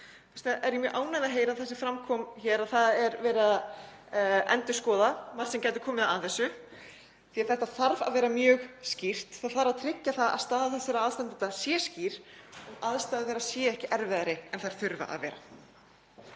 Því er ég mjög ánægð að heyra það sem fram kom hér, að það sé verið að endurskoða margt sem gæti komið að þessu. Þetta þarf að vera mjög skýrt. Það þarf að tryggja að staða þessara aðstandenda sé skýr og að aðstæður þeirra séu ekki erfiðari en þær þurfa að vera.